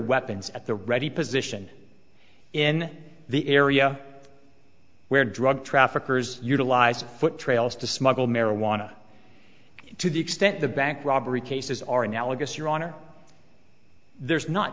weapons at the ready position in the area where drug traffickers utilized foot trails to smuggle marijuana to the extent the bank robbery cases are analogous your honor there's not